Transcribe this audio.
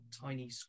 tiny